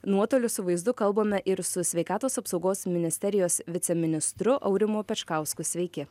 nuotoliu su vaizdu kalbame ir su sveikatos apsaugos ministerijos viceministru aurimu pečkausku sveiki